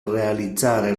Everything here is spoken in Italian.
realizzare